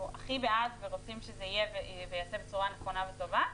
הכי בעד ורוצים שזה יהיה וייעשה בצורה נכונה וטובה.